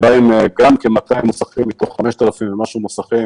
כ-200 מוסכים מתוך 5,000 ומשהו מוסכים